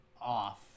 off